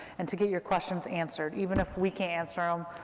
and to get your questions answered, even if we can't answer em,